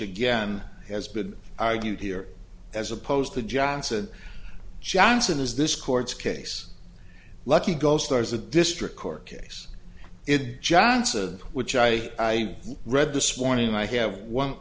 again has been argued here as opposed to johnson johnson is this court case lucky go stars a district court case it johnson which i read this morning and i have one